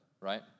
right